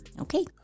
okay